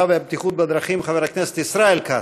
והבטיחות בדרכים חבר הכנסת ישראל כץ.